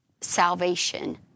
salvation